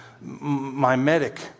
Mimetic